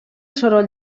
soroll